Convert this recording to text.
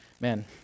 man